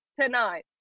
tonight